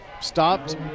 stopped